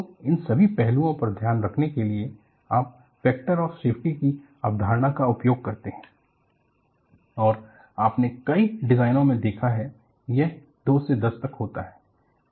तो इन सभी पहलुओं पर ध्यान रखने के लिए आप फैक्टर ऑफ सेफ्टी की अवधारणा का उपयोग करते है और आपने कई डिज़ाइनों में देखा है यह 2 से 10 तक होता है